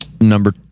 Number